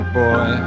boy